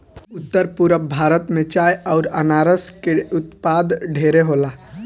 उत्तर पूरब भारत में चाय अउर अनारस के उत्पाद ढेरे होला